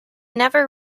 never